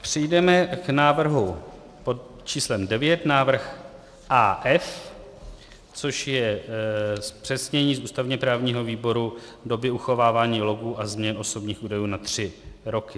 Přejdeme k návrhu pod číslem 9 návrh AF, což je zpřesnění ústavněprávního výboru doby uchovávání logů a změn osobních údajů na tři roky.